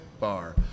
bar